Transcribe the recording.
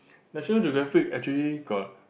National Geographic actually got